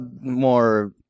more